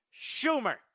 Schumer